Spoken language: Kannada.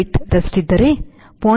08 ರಷ್ಟಿದ್ದರೆ 0